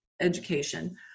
education